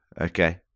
Okay